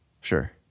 Sure